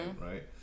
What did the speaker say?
right